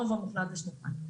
הרוב המוחלט הוא שנתיים.